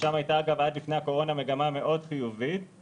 ושם הייתה עד לפני הקורונה מגמה מאוד חיובית.